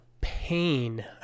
pain